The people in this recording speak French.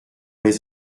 les